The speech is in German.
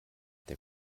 der